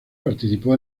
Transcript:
participó